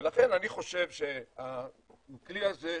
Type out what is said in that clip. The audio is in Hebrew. ולכן אני חושב שהכלי הזה,